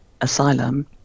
asylum